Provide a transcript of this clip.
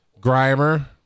grimer